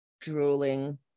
drooling